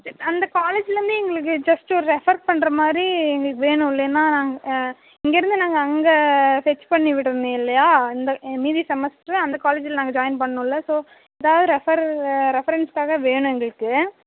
அந்த காலேஜ்லயிருந்து எங்களுக்கு ஜஸ்டு ஒரு ரெஃபர் பண்ணுற மாதிரி எங்களுக்கு வேணும் இல்லைனா நாங்கள் இங்கேருந்து நாங்கள் அங்கே ஃபெட்ச் பண்ணி விடணும் இல்லையா இந்த மீதி செமஸ்ட்ரு அந்த காலேஜில் நாங்கள் ஜாயின் பண்ணும்ல ஸோ ஏதாவது ரெஃபர் ரெஃபரன்ஸ்காக வேணும் எங்களுக்கு